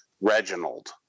Reginald